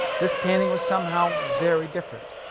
this painting was somehow very different.